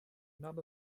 not